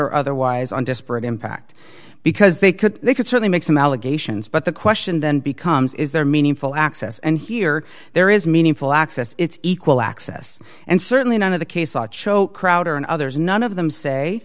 or otherwise on disparate impact because they could they could certainly make some allegations but the question then becomes is there meaningful access and here there is meaningful access it's equal access and certainly none of the case ought show crowder and others none of them say